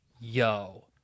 yo